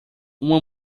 uma